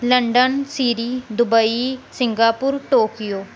London ਸੀਰੀ Dubai Singapore Tokyo